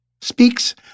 speaks